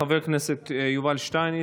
חבר הכנסת יובל שטייניץ,